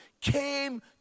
came